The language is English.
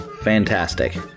Fantastic